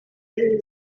z’ubuzima